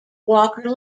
walker